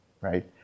Right